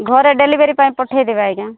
ଘରେ ଡେଲିଭରି ପାଇଁ ପଠେଇ ଦେବେ ଆଜ୍ଞା